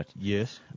Yes